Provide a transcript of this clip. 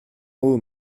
haut